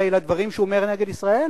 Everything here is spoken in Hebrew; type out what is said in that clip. הרי לדברים שהוא אומר נגד ישראל,